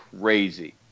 crazy